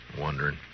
Wondering